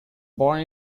born